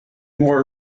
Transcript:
more